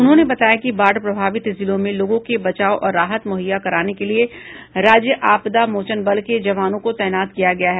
उन्होंने बताया कि बाढ़ प्रभावित जिलों में लोगों के बचाव और राहत मुहैया कराने के लिए राज्य आपदा मोचन बल के जवानों को तैनात किया गया है